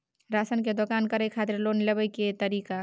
Ration के दुकान करै खातिर लोन लेबै के तरीका?